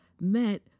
met